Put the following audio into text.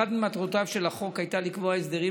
אחת ממטרותיו של החוק הייתה לקבוע הסדרים